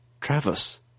Travis